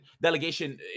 delegation